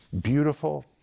beautiful